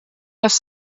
dass